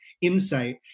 insight